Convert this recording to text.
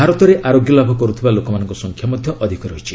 ଭାରତରେ ଆରୋଗ୍ୟ ଲାଭ କର୍ତ୍ତିବା ଲୋକଙ୍କ ସଂଖ୍ୟା ମଧ୍ୟ ଅଧିକ ରହିଛି